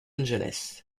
angeles